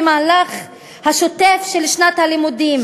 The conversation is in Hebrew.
"במהלך השוטף של שנת הלימודים.